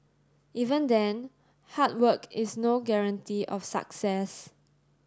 even then hard work is no guarantee of success